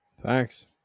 Thanks